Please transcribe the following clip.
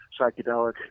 psychedelic